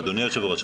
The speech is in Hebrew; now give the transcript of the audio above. אדוני היושב ראש,